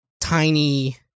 tiny